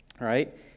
right